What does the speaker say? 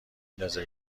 ندازه